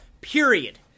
period